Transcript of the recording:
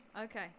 okay